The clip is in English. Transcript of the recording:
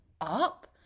up